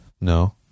No